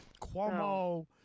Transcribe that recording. Cuomo